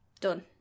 Done